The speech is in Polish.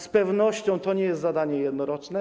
Z pewnością to nie jest zadanie jednoroczne.